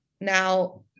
now